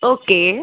okay